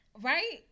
Right